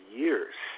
years